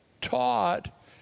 taught